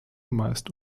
meist